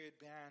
band